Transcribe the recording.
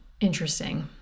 Interesting